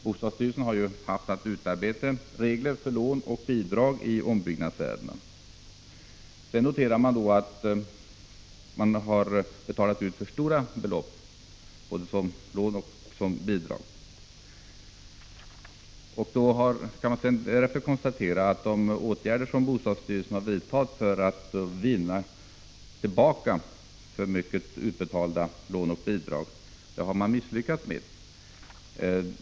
Bostadsstyrelsen har ju haft att utarbeta regler för lån och bidrag i ombyggnadsärenden. Det har av bostadsstyrelsen betalats ut för stora belopp, både som lån och som bidrag. De åtgärder som bostadsstyrelsen därvid har vidtagit för att vinna tillbaka de för stora utbetalningarna till lån och bidrag har man misslyckats med.